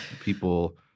people